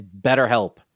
BetterHelp